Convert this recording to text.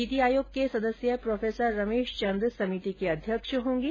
नीति आयोग के सदस्य प्रोफेसर रमेश चंद समिति के अध्यक्ष होंगे